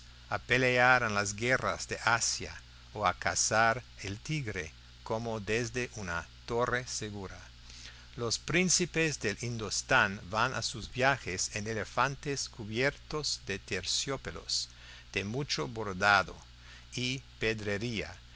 a pelear en las guerras de asia o a cazar el tigre como desde una torre segura los príncipes del indostán van a sus viajes en elefantes cubiertos de terciopelos de mucho bordado y pedrería